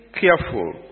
careful